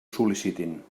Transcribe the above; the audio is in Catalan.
sol·licitin